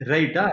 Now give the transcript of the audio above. Right